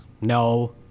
No